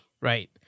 right